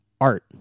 art